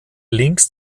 links